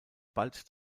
bald